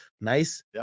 nice